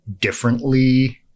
differently